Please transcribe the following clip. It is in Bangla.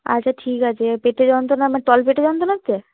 আচ্ছা ঠিক আছে পেটের যন্ত্রণা মানে তল পেটের যন্ত্রণা হচ্ছে